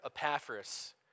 Epaphras